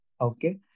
Okay